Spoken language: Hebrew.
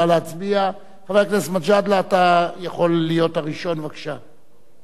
חבר הכנסת מג'אדלה, אתה יכול להיות הראשון, בבקשה.